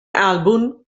album